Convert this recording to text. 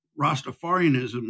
Rastafarianism